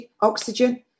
oxygen